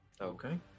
Okay